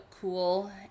cool